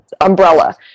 umbrella